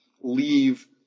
leave